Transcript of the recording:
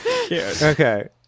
okay